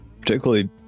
Particularly